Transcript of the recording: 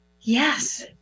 yes